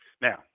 Now